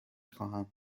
خواهم